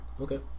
Okay